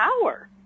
power